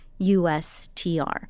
USTR